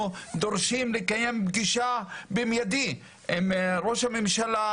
דורשים לקיים פגישה במיידי עם ראש הממשלה,